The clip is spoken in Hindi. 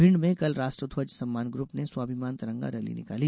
भिंड में कल राष्ट्रध्वज सम्मान ग्रप ने स्वाभिमान तिरंगा रैली निकाली